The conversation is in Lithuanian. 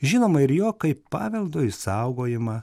žinomą ir jo kaip paveldo išsaugojimą